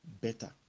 better